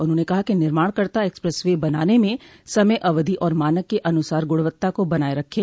उन्होंने कहा कि निर्माणकर्ता एक्सप्रेस वे बनाने में समय अवधि और मानक के अनुसार गुणवत्ता को बनाये रखे